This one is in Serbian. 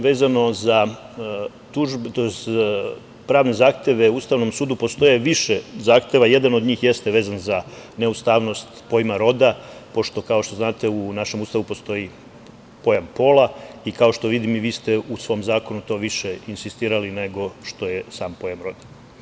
Vezano za pravne zahteve Ustavnom sudu, postoji više zahteva, jedan od njih jeste vezan za neustavnost pojma roda pošto, kao što znate, u našem Ustavu postoji pojam pola i, kao što vidim, i vi ste u svom zakonu to više insistirali nego što je sam pojam roda.